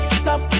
stop